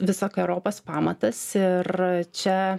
visakeriopas pamatas ir čia